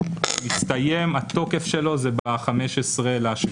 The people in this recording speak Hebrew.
מסתיים התוקף שלו זה ב-15.7.